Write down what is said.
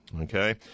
Okay